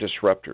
disruptors